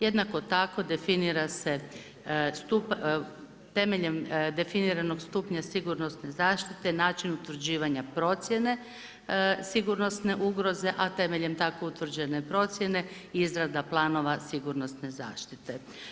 Jednako tako temeljem definiranog stupnja sigurnosne zaštite način utvrđivanja procjene sigurnosne ugoze a temeljem tako utvrđene procjene izrada planova sigurnosne zaštite.